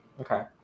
Okay